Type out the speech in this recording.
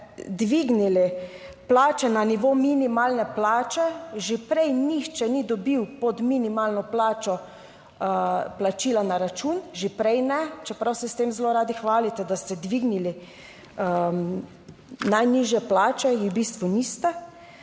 dvignili plače na nivo minimalne plače, že prej nihče ni dobil pod minimalno plačo plačila na račun, že prej ne, čeprav se s tem zelo radi hvalite, da ste dvignili najnižje plače, jih v bistvu niste,